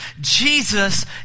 Jesus